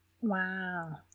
wow